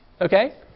okay